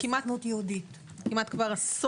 אנחנו עוסקים בפיתוח כבר כמעט עשור,